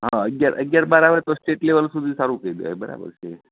હા અગિયાર અગિયાર બાર બાર આવે તો સ્ટેટ લેવલ સુધી સારું કહી દેવાય બરાબર છે એ